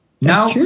Now